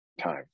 time